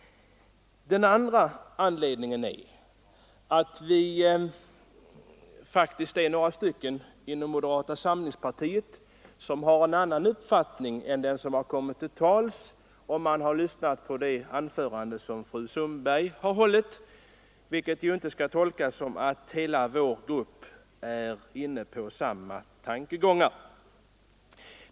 Den andra anledningen är att vi faktiskt är några stycken inom moderata samlingspartiet som har en annan uppfattning än den som har kommit till uttryck i fru Sundbergs anförande. Det skall inte tolkas så att hela vår grupp är inne på samma tankegångar.